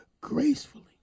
gracefully